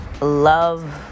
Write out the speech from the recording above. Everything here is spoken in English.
love